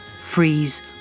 freeze